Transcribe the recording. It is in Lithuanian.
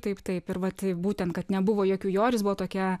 taip taip ir vat būtent kad nebuvo jokių joris buvo tokia